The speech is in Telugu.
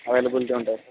అవైలబులిటీ ఉంటాయి సార్